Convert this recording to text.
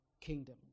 kingdom